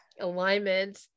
alignment